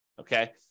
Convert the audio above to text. okay